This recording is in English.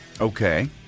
Okay